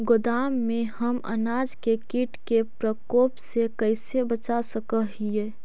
गोदाम में हम अनाज के किट के प्रकोप से कैसे बचा सक हिय?